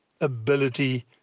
ability